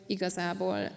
Igazából